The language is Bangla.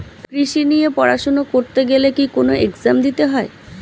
কৃষি নিয়ে পড়াশোনা করতে গেলে কি কোন এগজাম দিতে হয়?